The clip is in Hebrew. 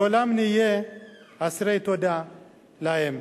לעולם נהיה אסירי תודה להם.